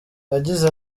yagize